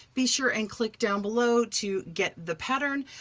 be sure and click down below to get the pattern.